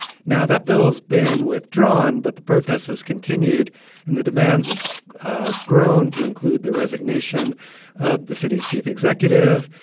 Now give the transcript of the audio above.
now that bill's been withdrawn but the protests have continued and the demands have ah grown to include the resignation of the city's chief executive.